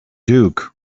duke